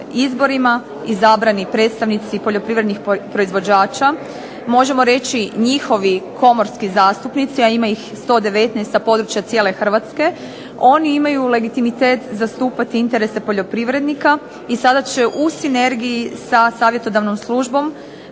izborima predstavnici poljoprivrednih proizvođača možemo reći njihovi komorski zastupnici, a ima ih 119 sa područja cijele Hrvatske, oni imaju legitimitet zastupati interese poljoprivrednika i sada će u sinergiji sa savjetodavnom službom